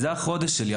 זה החודש שלי.